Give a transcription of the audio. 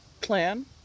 plan